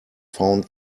found